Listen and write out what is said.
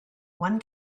one